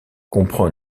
comprend